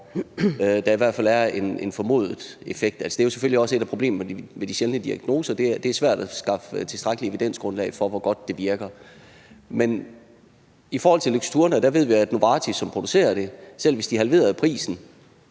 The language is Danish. der i hvert fald er en formodet effekt. Det er selvfølgelig også et af problemerne med de sjældne diagnoser, at det er svært at skaffe tilstrækkelig evidensgrundlag for, hvor godt det virker. Men i forhold til Luxturna ved vi, at Novartis, som producerer det, selv hvis de halverede prisen,